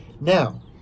Now